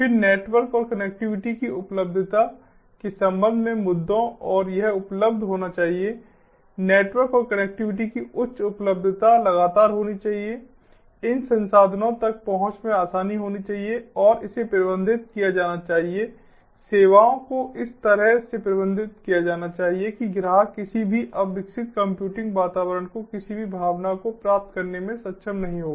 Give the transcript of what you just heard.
फिर नेटवर्क और कनेक्टिविटी की उपलब्धता के संबंध में मुद्दों और यह उपलब्ध होना चाहिए नेटवर्क और कनेक्टिविटी की उच्च उपलब्धता लगातार होनी चाहिए इन संसाधनों तक पहुंच में आसानी होनी चाहिए और इसे प्रबंधित किया जाना चाहिए सेवाओं को इस तरह से प्रबंधित किया जाना चाहिए कि ग्राहक किसी भी अविकसित कंप्यूटिंग वातावरण की किसी भी भावना को प्राप्त करने में सक्षम नहीं होगा